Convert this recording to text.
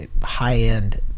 high-end